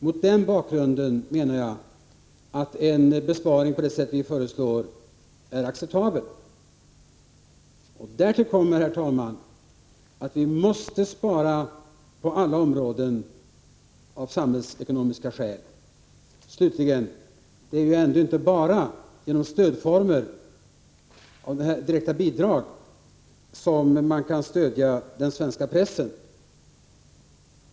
Mot denna bakgrund menar jag att en besparing på det sätt som vi föreslår är acceptabel. Därtill kommer att vi av samhällsekonomiska skäl måste spara på alla områden. Slutligen: Det är ju ändå inte bara genom direkta bidrag som man kan stödja den svenska pressen.